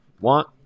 want